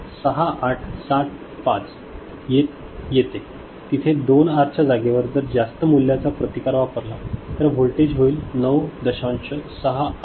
6875 येत तिथे 2 आर च्या जागेवर जर जास्त मूल्याचा प्रतिकार वापरला तर वोल्टेज होईल 9